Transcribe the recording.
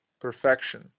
perfection